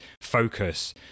focus